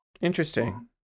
Interesting